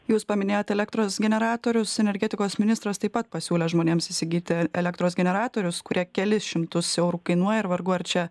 jūs paminėjot elektros generatorius energetikos ministras taip pat pasiūlė žmonėms įsigyti elektros generatorius kurie kelis šimtus eurų kainuoja ir vargu ar čia